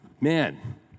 man